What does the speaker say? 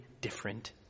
different